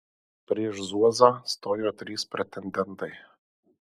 prieš zuozą stojo trys pretendentai